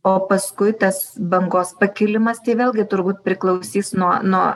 o paskui tas bangos pakilimas tai vėlgi turbūt priklausys nuo nuo